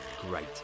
Great